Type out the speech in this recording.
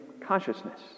consciousness